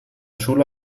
schule